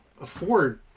afford